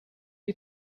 you